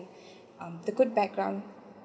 um the good background